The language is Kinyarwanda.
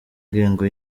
ngengo